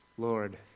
Lord